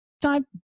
Time